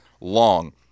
long